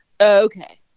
Okay